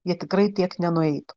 jie tikrai tiek nenueitų